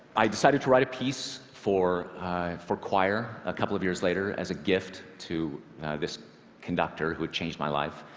i decided to write a piece for for choir a couple of years later as a gift to this conductor who had changed my life.